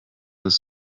das